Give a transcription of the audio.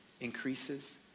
increases